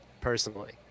personally